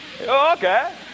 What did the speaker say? okay